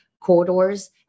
corridors